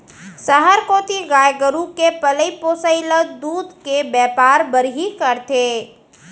सहर कोती गाय गरू के पलई पोसई ल दूद के बैपार बर ही करथे